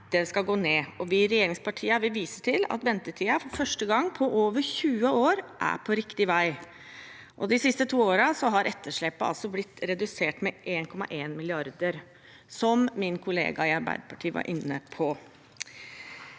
skal gå ned, og vi i regjeringspartiene vil vise til at ventetiden for første gang på over 20 år er på riktig vei. De siste to årene har etterslepet blitt redusert med 1,1 mrd. kr, som min kollega i Arbeiderpartiet var inne på.